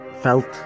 felt